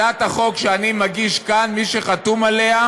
הצעת החוק שאני מגיש כאן, מי שחתומים עליה